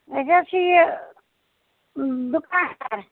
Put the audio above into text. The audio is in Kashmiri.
اَسہِ حظ چھِ یہِ بہٕ کیٛاہ کرٕ